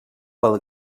pel